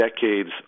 decades